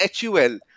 HUL